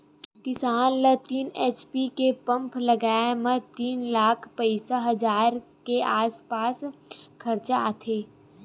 किसान ल तीन एच.पी के पंप लगाए म तीन लाख पचास हजार के आसपास खरचा आथे